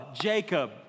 Jacob